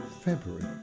February